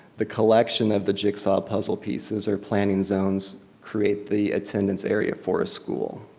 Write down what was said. the collection of the jigsaw puzzle pieces are planning zones create the attendance area for a school.